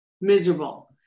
miserable